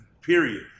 period